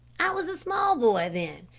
i was a small boy then,